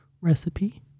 recipe